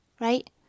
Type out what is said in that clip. right